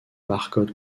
barcode